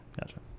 Gotcha